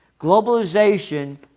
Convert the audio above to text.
Globalization